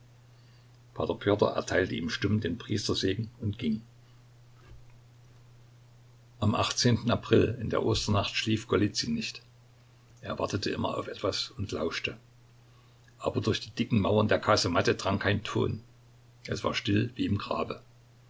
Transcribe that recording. erteilte ihm stumm den priestersegen und ging am april in der osternacht schlief golizyn nicht er wartete immer auf etwas und lauschte aber durch die dicken mauern der kasematte drang kein ton es war still wie im grabe